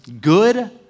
Good